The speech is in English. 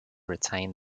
retain